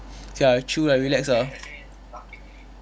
ya true lah relax ah